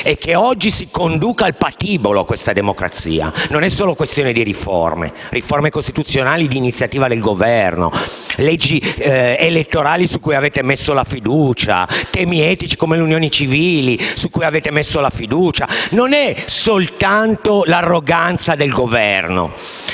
e che oggi si conduca al patibolo questa democrazia. Non è solo questione di riforme: qui si tratta di riforme costituzionali di iniziativa del Governo e di leggi elettorali su cui avete messo la fiducia, di temi etici come le unioni civili su cui avete messo la fiducia. Non è soltanto l'arroganza del Governo: